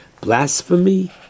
blasphemy